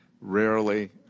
Rarely